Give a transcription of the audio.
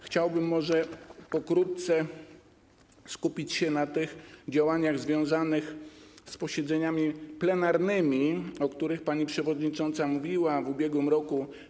Chciałbym skupić się na tych działaniach związanych z posiedzeniami plenarnymi, o których pani przewodnicząca mówiła w ubiegłym roku.